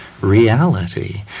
reality